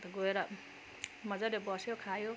गएर मजाले बस्यो खायो